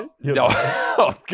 No